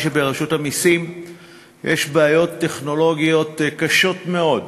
שברשות המסים יש בעיות טכנולוגיות קשות מאוד,